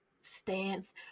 stance